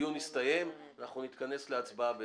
הדיון יוצא להפסקה, אנחנו נתכנס להצבעה ב-10:20,